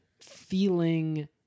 feeling